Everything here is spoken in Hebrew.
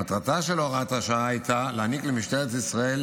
מטרתה של הוראת השעה הייתה להעניק למשטרת ישראל